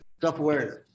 Self-awareness